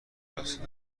راسته